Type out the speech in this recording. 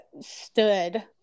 stood